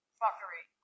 fuckery